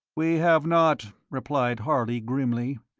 we have not, replied harley, grimly.